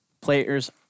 Players